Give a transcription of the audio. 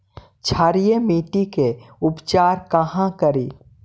क्षारीय मिट्टी के उपचार कहा करी?